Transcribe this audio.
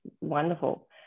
wonderful